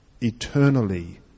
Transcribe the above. eternally